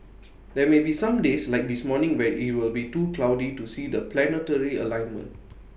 there may be some days like this morning where IT will be too cloudy to see the planetary alignment